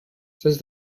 since